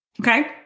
Okay